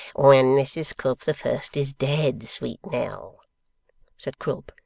when mrs quilp the first is dead, sweet nell said quilp,